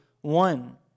one